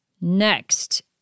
Next